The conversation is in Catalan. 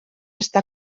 està